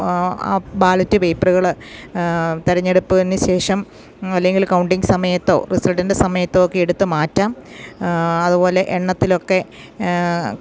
ആ ആ ബാലറ്റ് പേപ്പറുകൾ തിരഞ്ഞെടുപ്പിനുശേഷം അല്ലെങ്കിൽ കൗണ്ടിങ്ങ് സമയത്തോ റിസൾട്ടിൻ്റെ സമയത്തോ ഒക്കെ എടുത്തുമാറ്റാം അതുപോലെ എണ്ണത്തിലൊക്കെ